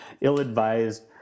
ill-advised